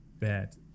bad